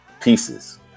pieces